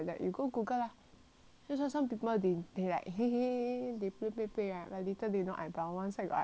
that's why some people they like !hey! !hey! !hey! they play play play but later they no eyebrow one side got eyebrow one side no eyebrow